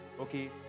okay